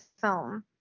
film